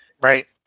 right